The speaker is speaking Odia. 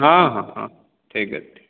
ହଁ ହଁ ହଁ ଠିକ ଅଛି